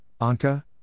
Anka